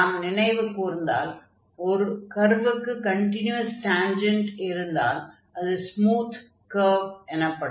நாம் நினைவு கூர்ந்தால் ஒரு கர்வுக்கு கன்டினியுவஸ் டான்ஜென்ட் இருந்தால் அது ஸ்மூத் எனப்படும்